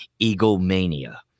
egomania